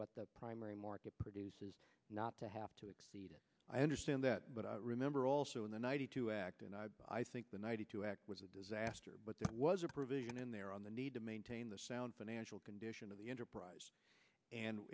what the primary market produces not to have to exceed i understand that but i remember also in the ninety two act and i think the ninety two act was a disaster but there was a provision in there on the need to maintain the sound financial condition of the enterprise and